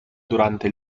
durante